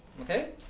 Okay